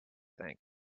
think